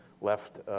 left